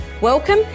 Welcome